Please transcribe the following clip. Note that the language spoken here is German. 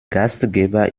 gastgeber